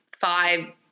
five